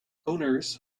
owners